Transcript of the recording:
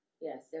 Yes